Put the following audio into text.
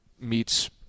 meets